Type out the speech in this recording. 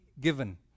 given